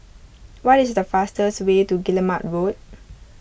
what is the fastest way to Guillemard Road